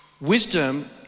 Wisdom